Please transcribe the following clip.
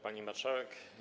Pani Marszałek!